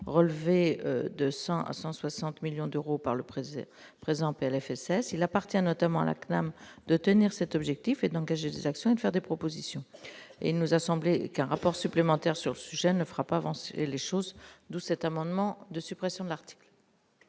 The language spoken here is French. relevé de 100 à 160 millions d'euros par le président présent Plfss il appartient notamment la CNAM de tenir cet objectif, est d'engager des actions de faire des propositions, il nous a semblé qu'un rapport supplémentaire sur ce sujet ne fera pas avancer les choses, d'où cet amendement de suppression de l'article.